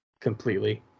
completely